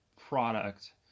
product